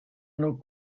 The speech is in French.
nos